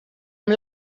amb